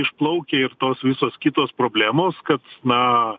išplaukia ir tos visos kitos problemos kad na